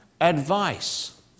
advice